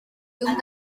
llum